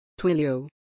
twilio